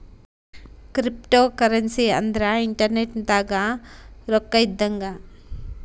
cryptocurrency ಅಂದ್ರ internet ದಾಗ ರೊಕ್ಕ ಇದ್ದಂಗ